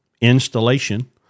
installation